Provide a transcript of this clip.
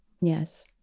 Yes